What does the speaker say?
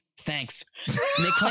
thanks